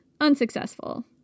unsuccessful